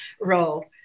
role